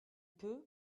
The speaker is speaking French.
peu